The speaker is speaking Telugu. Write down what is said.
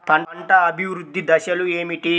పంట అభివృద్ధి దశలు ఏమిటి?